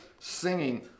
singing